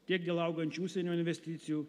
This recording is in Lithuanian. kiek dėl augančių užsienio investicijų